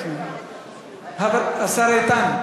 השר איתן,